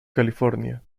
california